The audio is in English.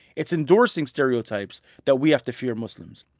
it's endorsing stereotypes that we have to fear muslims